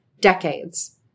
decades